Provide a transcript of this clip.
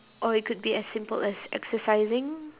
or it could be as simple as exercising